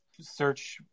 Search